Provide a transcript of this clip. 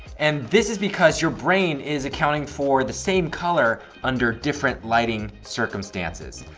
and this is because your brain is accounting for the same color under different lighting circumstances.